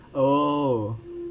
oh